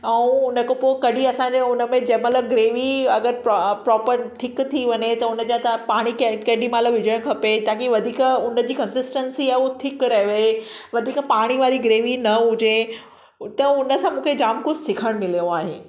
ऐं उन खां पोइ कॾहिं असांजो उनमें जंहिं महिल ग्रेवी अगरि प्रो प्रोपर थिक थी वञे त उनजे अंदरि पाणी के केॾी महिल विझणु खपे ताकी वधीक उनजी कंसिस्टंसी आहे उ थीक रहे वधीक पाणी वारी ग्रेवी न हुजे त उनसां जामु कुझु मूंखे सिखणु मिलियो आहे